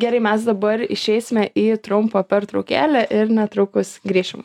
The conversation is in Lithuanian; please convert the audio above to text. gerai mes dabar išeisime į trumpą pertraukėlę ir netrukus grįšim